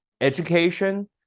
education